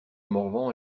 morvan